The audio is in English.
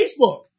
Facebook